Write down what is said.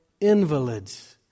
invalids